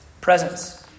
presence